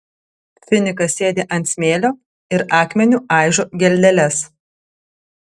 finikas sėdi ant smėlio ir akmeniu aižo geldeles